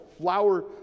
flower